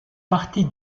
partie